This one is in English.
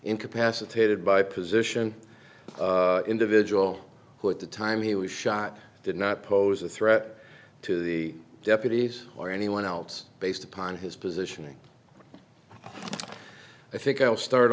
incapacitated by position individual who at the time he was shot did not pose a threat to the deputies or anyone else based upon his positioning i think i'll start